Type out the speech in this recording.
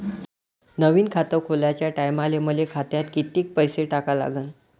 नवीन खात खोलाच्या टायमाले मले खात्यात कितीक पैसे टाका लागन?